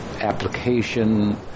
application